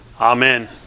Amen